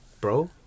Bro